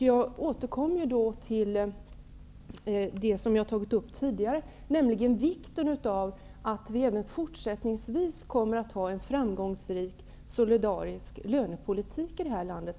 Jag återkommer till vikten av att vi även fortsättningsvis får en solidarisk lönepolitik i det här landet.